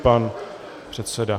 Pan předseda.